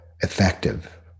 effective